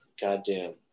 goddamn